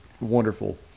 wonderful